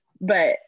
But-